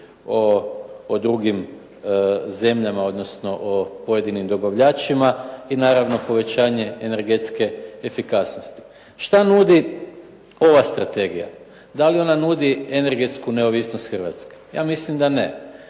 o drugim zemljama odnosno pojedinim dobavljačima i naravno povećanje energetske efikasnosti. Što nudi ova strategija? Da li ona nudi energetsku neovisnost Hrvatske? Ja mislim da ne.